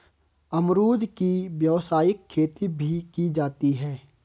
अमरुद की व्यावसायिक खेती भी की जाती है